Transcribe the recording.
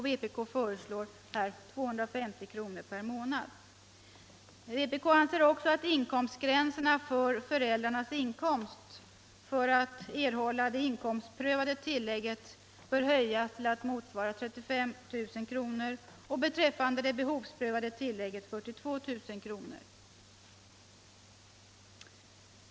Vpk föreslår 250 kr/mån. Vpk anser också att inkomstgränserna för föräldrarnas inkomst, för erhållande av det inkomstprövade tillägget, bör höjas till att motsvara 35 000 kr. och beträffande det behovsprövade tillägget 42 000 kr.